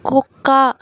కుక్క